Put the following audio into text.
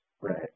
right